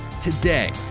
Today